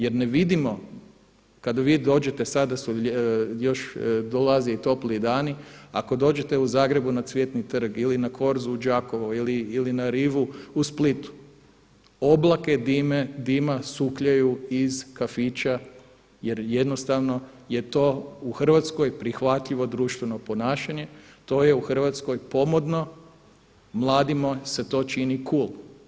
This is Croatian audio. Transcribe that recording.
Jer ne vidimo kada vi dođete sada, još dolaze i topliji dani, ako dođete u Zagrebu na Cvjetni trg ili na Korzu u Đakovo ili na rivu u Splitu, oblake dima sukljaju iz kafića jer jednostavno je to u Hrvatskoj prihvatljivo društveno ponašanje, to je u Hrvatskoj pomodno, mladima se to čini cool.